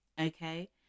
okay